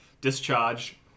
Discharge